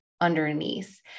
underneath